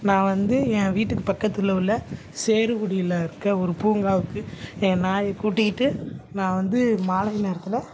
நான் வந்து என் வீட்டுக்கு பக்கத்தில் உள்ள சேருக்குடியில் இருக்கற ஒரு பூங்காவுக்கு என் நாயை கூட்டிக்கிட்டு நான் வந்து மாலை நேரத்தில்